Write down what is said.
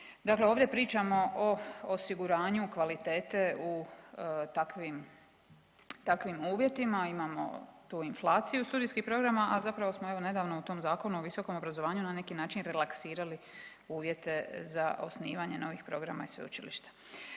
Dakle ovdje pričamo o osiguranju kvalitete u takvim, takvim uvjetima, imamo tu inflaciju studijskih programa, a zapravo smo evo nedavno u tom Zakonu o visokom obrazovanju na neki način relaksirali uvjete za osnivanje novih programa i sveučilišta.